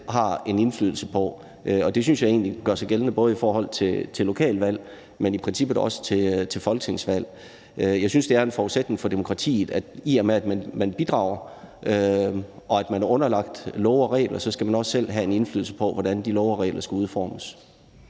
har indflydelse på. Det synes jeg egentlig både gør sig gældende i forhold til lokalvalg, men i princippet også i forhold til folketingsvalg. Jeg synes, det er en forudsætning for demokratiet, at i og med at man bidrager og er underlagt love og regler, skal man også selv have indflydelse på, hvordan de love og regler skal udformes.